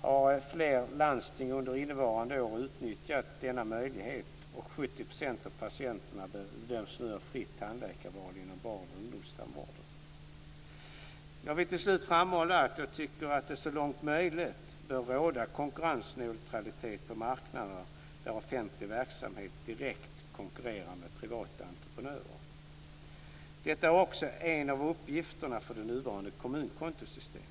har fler landsting under innevarande år utnyttjat denna möjlighet, och 70 % av patienterna bedöms nu ha fritt tandläkarval inom barn och ungdomstandvården. Jag vill till slut framhålla att jag tycker att det så långt som möjligt bör råda konkurrensneutralitet på marknader där offentlig verksamhet direkt konkurrerar med privata entreprenörer. Detta är också en av uppgifterna för det nuvarande kommunkontosystemet.